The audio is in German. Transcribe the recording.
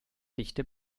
dichte